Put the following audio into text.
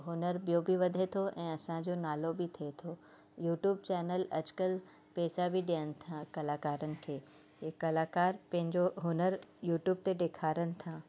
हुनुरु ॿियो बि वधे थो ऐं असांजो नालो बि थिए थो यूट्यूब चैनल अॼुकल्ह पैसा बि ॾियनि था कलाकारनि खे इहे कलाकार पंहिंजो हुनुरु यूट्यूब ते ॾेखारनि था